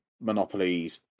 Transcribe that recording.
monopolies